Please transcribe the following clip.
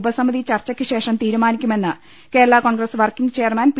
ഉപസമിതി ചർച്ചയ്ക്കുശേഷം തീരുമാനിക്കുമെന്ന് Kerala Congress working chairman P